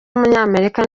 w’umunyamerika